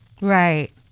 Right